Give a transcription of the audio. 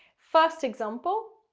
first example,